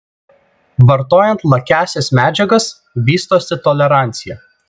vartojant lakiąsias medžiagas vystosi tolerancija